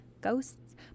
ghosts